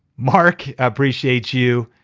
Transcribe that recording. mark appreciate you.